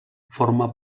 forma